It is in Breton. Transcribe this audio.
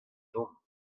dont